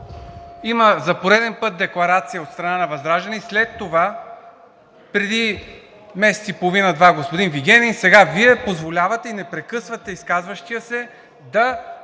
Има за пореден път декларация от страна на ВЪЗРАЖДАНЕ и след това преди месец и половина – два господин Вигенин, сега Вие позволявате и не прекъсвате изказващия се да